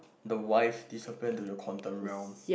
the wife disappear into the quantum realm